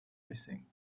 missing